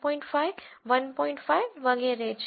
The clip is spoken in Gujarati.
5 વગેરે છે